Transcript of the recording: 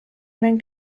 gran